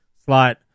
slot